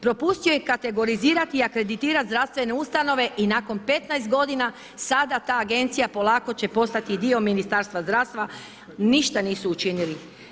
Propustio je kategorizirati i akreditirati zdravstvene ustanove i nakon 15 g. sada ta agencija polako će postati i dio Ministarstva zdravstva, ništa nisu učinili.